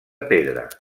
pedra